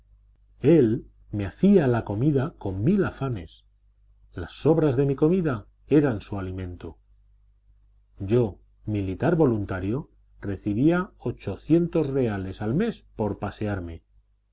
él me hacía la comida con mil afanes las sobras de mi comida eran su alimento yo militar voluntario recibía ochocientos reales al mes por pasearme